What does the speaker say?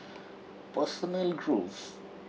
personal growth